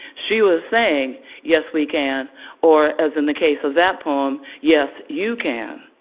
she was saying yes, we can or, as in the case of that poem, yes you can.